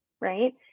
right